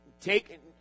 take